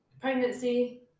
Pregnancy